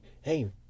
hey